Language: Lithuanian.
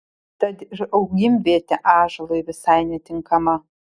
tad ir augimvietė ąžuolui visai netinkama